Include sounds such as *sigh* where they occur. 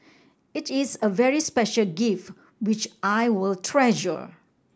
it is a very special *unintelligible* which I will treasure